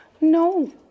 No